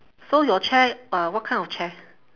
so your chair uh what kind of chair